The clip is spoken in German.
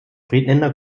friedländer